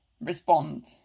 respond